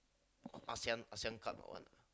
A_S_E_A_N A_S_E_A_N cup or what